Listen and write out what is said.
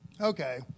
Okay